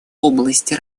области